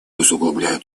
усугубляют